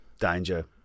Danger